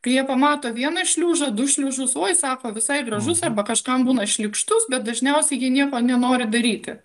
kai jie pamato vieną šliužą du šliužus oi sako visai gražus arba kažkam būna šlykštus bet dažniausiai jie nieko nenori daryti